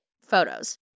photos